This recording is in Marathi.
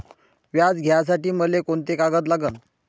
व्याज घ्यासाठी मले कोंते कागद लागन?